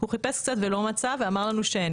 הוא חיפש קצת ולא מצא, ואמר לנו שאין.